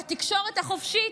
בתקשורת החופשית,